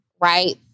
right